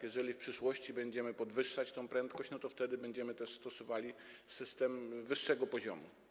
Jeżeli w przyszłości będziemy podwyższać tę prędkość, to wtedy będziemy też stosowali system wyższego poziomu.